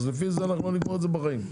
ככה אנחנו לא נגמור את זה בחיים.